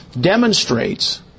demonstrates